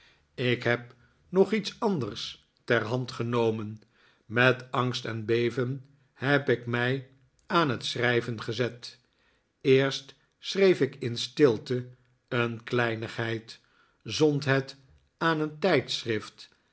ik heb nog iets anders ter hand genomen met angst en beven heb ik mij aan het schrijven gezet eerst schreef ik in stilte een kleinigheid zond het aan een tijdschrift